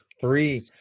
three